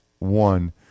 one